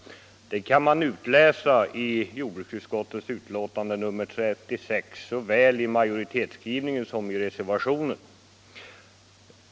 Det kan man utläsa i jordbruksutskottets betänkande nr 36, såväl av majoritetsskrivningen som av reservationen.